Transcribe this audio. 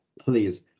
please